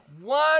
one